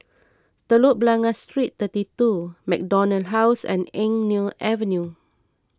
Telok Blangah Street thirty two MacDonald House and Eng Neo Avenue